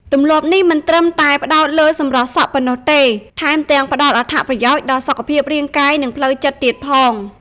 ទម្លាប់នេះមិនត្រឹមតែផ្តោតលើសម្រស់សក់ប៉ុណ្ណោះទេ ថែមទាំងផ្តល់អត្ថប្រយោជន៍ដល់សុខភាពរាងកាយ និងផ្លូវចិត្តទៀតផង។